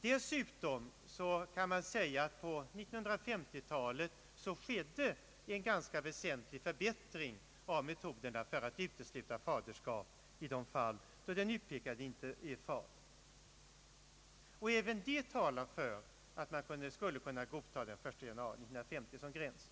Dessutom skedde på 1950-talet en ganska väsentlig förbättring av meto derna för att utesluta faderskap i de fall då den utpekade inte var far. även det talar för att man skulle kunna godta den 1 januari 1950 som gräns.